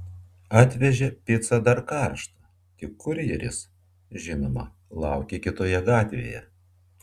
atvežė picą dar karštą tik kurjeris žinoma laukė kitoje gatvėje